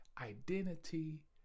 identity